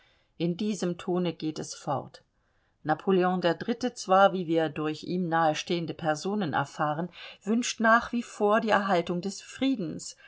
in diesem tone geht es fort napoleon iii zwar wie wir durch ihm nahestehende personen erfahren wünscht nach wie vor die erhaltung des friedens